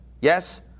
Yes